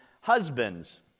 husbands